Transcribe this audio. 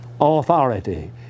authority